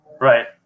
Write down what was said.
Right